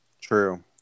True